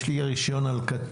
יש לי רשיון על אופנוע,